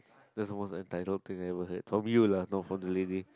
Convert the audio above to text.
that's the most entitled thing I ever heard from you lah not from the lady